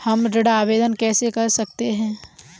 हम ऋण आवेदन कैसे कर सकते हैं?